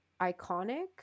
iconic